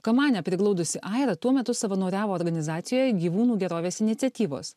kamanę priglaudusi aira tuo metu savanoriavo organizacijoje gyvūnų gerovės iniciatyvos